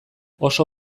oso